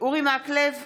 אורי מקלב,